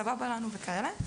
סבבה לנו וכאלה.